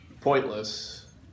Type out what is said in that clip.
pointless